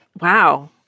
wow